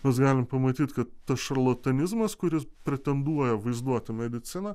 mes galim pamatyt kad tas šarlatanizmas kuris pretenduoja vaizduoti mediciną